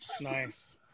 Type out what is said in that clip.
Nice